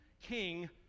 king